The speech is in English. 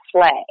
play